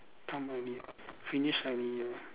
come already finish already